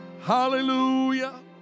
Hallelujah